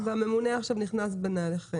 כן, והממונה עכשיו נכנס בנעליהם.